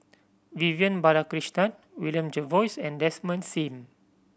Vivian Balakrishnan William Jervois and Desmond Sim